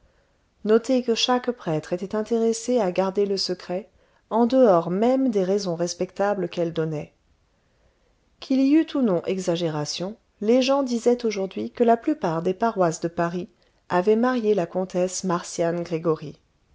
notez que chaque prêtre était intéressé à garder le secret en dehors même des raisons respectables qu'elle donnait qu'il y eût ou non exagération les gens disaient aujourd'hui que la plupart des paroisses de paris avaient marié la comtesse marcian gregoryi